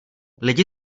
lidi